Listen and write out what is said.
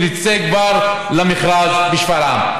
ונצא כבר למכרז בשפרעם.